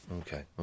Okay